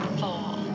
fall